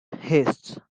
haste